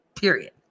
Period